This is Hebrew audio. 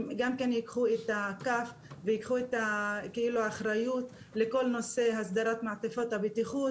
גם כן ייקחו את הכף וייקחו את האחריות לכל נושא הסדרת מעטפת הבטיחות,